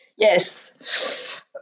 Yes